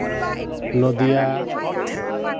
ᱱᱚᱫᱤᱭᱟ